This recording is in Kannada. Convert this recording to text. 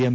ಎಂ